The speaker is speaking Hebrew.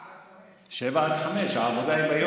19:00 עד 05:00. 19:00 עד 05:00. העבודה היא ביום,